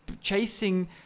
chasing